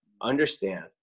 understand